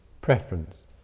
preference